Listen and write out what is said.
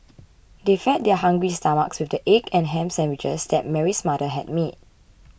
they fed their hungry stomachs with the egg and ham sandwiches that Mary's mother had made